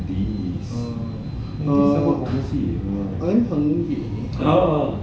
oh are you hungry